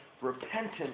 repentance